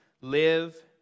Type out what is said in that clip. live